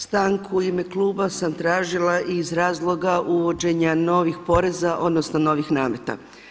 Stanku u ime kluba sam tražila iz razloga uvođenja novih poreza odnosno novih nameta.